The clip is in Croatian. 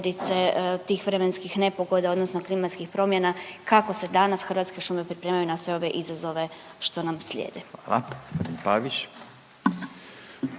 tih vremenskih nepogoda odnosno klimatskih promjene i kako se danas Hrvatske šume pripremaju na sve ove izazove što nam slijede? **Radin,